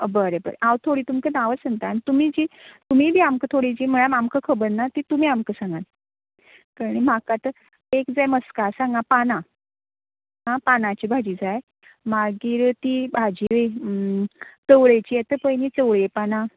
बरें बरें हांव थोडीं तुमकां नांवां सांगतात आनी तुमी जी तुमी बीं आमकां थोडीं जी म्हळ्यार आमकां खबर ना ती तुमी आमकां सांगात कळ्ळें म्हाका तर एक जाय मस्का शांगां पानां आ पानांची भाजी जाय मागीर ती भाजी चवळेची येत पळय न्ही चवळें पानां